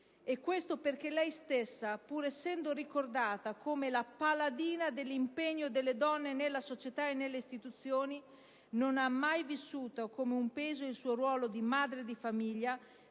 Questo, perché lei stessa, pur essendo ricordata come la paladina dell'impegno delle donne nella società e nelle istituzioni, non ha mai vissuto come un peso il suo ruolo di madre di famiglia,